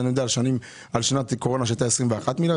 אני יודע על שנת קורונה שהייתה 21 מיליארד,